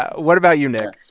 yeah what about you, nick?